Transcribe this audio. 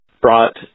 brought